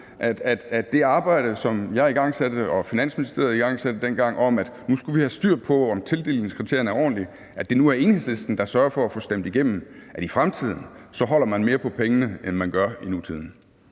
at det arbejde, som jeg igangsatte, og som Finansministeriet igangsatte dengang, om, at nu skulle vi have styr på, om tildelingskriterierne er ordentlige, er det nu Enhedslisten, der sørger for at få stemt igennem, altså at man i fremtiden holder mere på pengene, end man gør i nutiden.